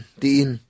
diin